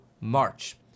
march